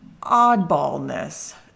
oddballness